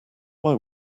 why